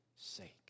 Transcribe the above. sake